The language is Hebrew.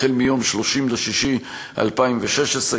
מיום 30 ביוני 2016,